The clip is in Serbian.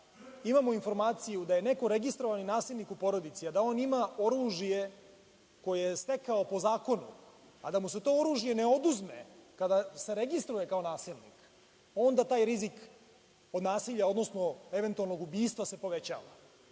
imamo informaciju da je neko registrovani nasilnik u porodici, a da on ima oružje koje je stekao po zakonu, a da mu se to oružje ne oduzme kada se registruje kao nasilnik, onda taj rizik od nasilja, odnosno eventualnog ubistva se povećava. Dakle,